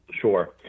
Sure